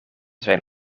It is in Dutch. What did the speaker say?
zijn